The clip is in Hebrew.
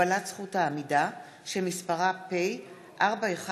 הגבלת זכות העמידה), שמספרה פ/4123/20.